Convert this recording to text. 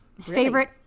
favorite